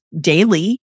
daily